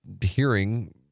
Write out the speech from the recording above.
hearing